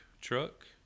truck